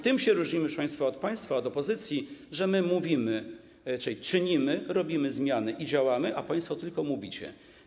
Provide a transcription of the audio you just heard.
Tym się różnimy, proszę państwa, od państwa, od opozycji, że my mówimy i coś czynimy, wprowadzamy zmiany i działamy, a państwo tylko mówicie.